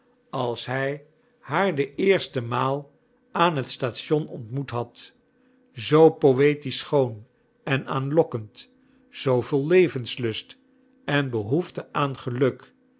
als hij haar de eerste maal aan het station ontmoet had zoo poëtisch schoon en aanlokkend zoo vol levenslust en behoefte aan geluk